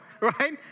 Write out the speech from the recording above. right